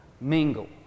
mingle